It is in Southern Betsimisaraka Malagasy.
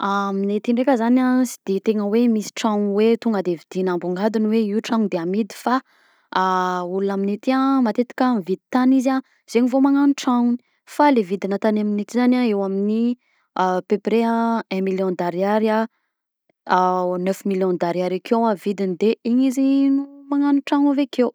Amignay aty ndraika zany a, sy de tegna hoe misy tragno hoe tonga de vidiagna ambongadiny hoe io tragno de amidy fa olona amignay aty an matetika mividy tany izy de zay vao magnagno tragnony fa le vidina tany aminay aty zany a eo amin'ny à peu prés a un mmillion d'ariary à neuf million d'ariary akeo a vidiny de igny izy no magnano trano avekeo.